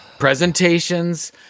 Presentations